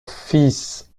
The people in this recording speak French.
fils